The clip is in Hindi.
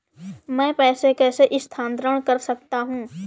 मैं पैसे कैसे स्थानांतरण कर सकता हूँ?